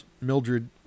Mildred